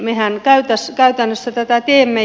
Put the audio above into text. mehän käytännössä tätä teemme